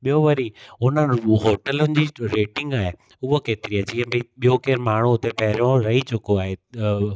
ॿियो वरी हुननि होटलुनि जी रेटिंग आहे उहो केतिरी अचे भई ॿियो केरु माण्हू उते पहिरियों रही चुको आहे